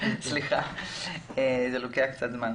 בוקר טוב.